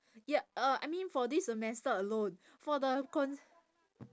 ya uh I mean for this semester alone for the con~